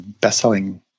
best-selling